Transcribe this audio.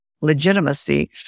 legitimacy